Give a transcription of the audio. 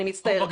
אני מצטערת.